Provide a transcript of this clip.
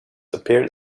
appeared